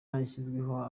hashyizweho